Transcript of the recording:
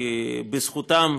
כי בזכותם,